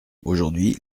aujourd’hui